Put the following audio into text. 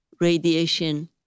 radiation